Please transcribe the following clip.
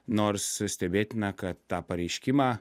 nors stebėtina kad tą pareiškimą